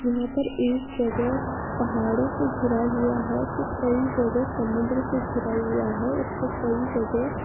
यहाँ पर एक जगह पहाड़ों से घिरा हुआ है तो कई जगह समुद्र से घिरा हुआ है और तो कई जगह